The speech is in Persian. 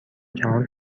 جهان